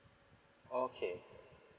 okay